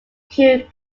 kew